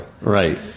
Right